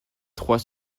trois